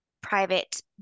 private